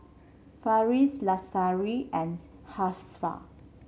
Farish Lestari and Hafsa